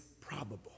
probable